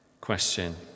question